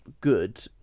good